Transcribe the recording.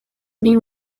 been